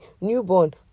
newborn